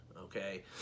okay